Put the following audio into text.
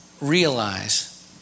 realize